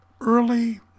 early